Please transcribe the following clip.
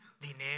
Dinero